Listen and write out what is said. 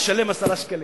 ישלם 10 שקלים.